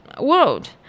world